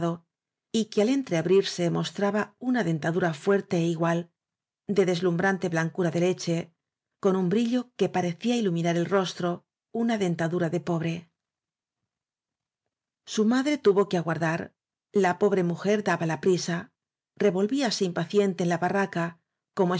y que al entrea brirse mostraba una dentadura fuerte é igual de deslumbrante blancura de leche con un brillo que parecía iluminar el rostro una denta dura de pobre su madre tuvo que aguardar la pobre mujer y dábala prisa revolvíase impaciente en la barra